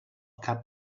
cap